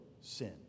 sin